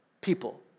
people